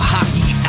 Hockey